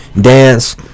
dance